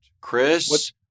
Chris